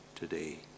today